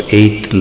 eight